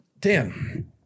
Dan